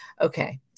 Okay